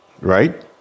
right